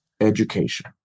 education